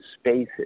spaces